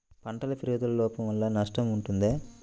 పంటల పెరుగుదల లోపం వలన నష్టము ఉంటుందా?